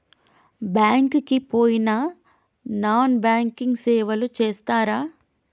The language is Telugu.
బ్యాంక్ కి పోయిన నాన్ బ్యాంకింగ్ సేవలు చేస్తరా?